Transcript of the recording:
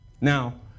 Now